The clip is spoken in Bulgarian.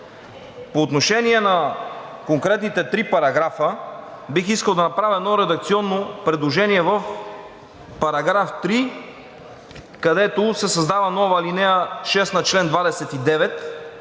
По отношение на конкретните три параграфа бих искал да направя едно редакционно предложение в § 3, където се създава нова ал. 6 на чл. 29